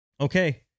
Okay